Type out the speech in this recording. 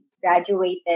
graduated